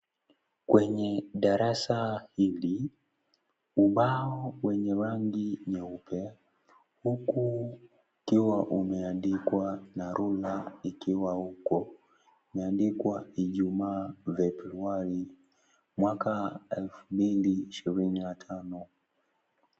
Kwenye darasa hili, ubao wenye rangi nyeupe, huku ukiwa umeandikwa na rula ikiwa huko, imeandikwa ijumaa, Februari, mwaka elfu mbili ishirini na tano.